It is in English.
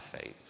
faith